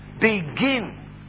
begin